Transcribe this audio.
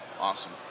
Awesome